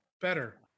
Better